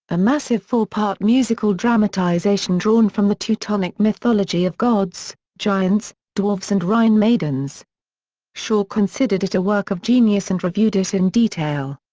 a massive four-part musical dramatization drawn from the teutonic mythology of gods, giants, dwarves and rhine maidens shaw considered it a work of genius and reviewed it in detail.